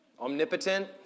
omnipotent